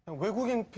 will give